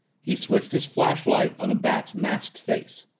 he switched his flashlight on the bat's masked face.